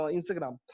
Instagram